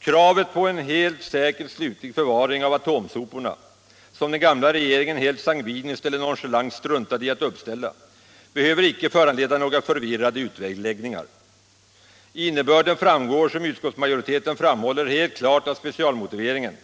Kravet på en helt säker slutlig förvaring av atomsoporna, som den gamla regeringen helt sangviniskt eller non chalant struntade i att uppställa, behöver icke föranleda några förvirrade utläggningar. Innebörden framgår som utskottsmajoriten framhåller helt klart av specialmotiveringen,